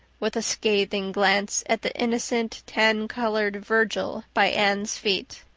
with a scathing glance at the innocent tan-colored virgil by anne's feet.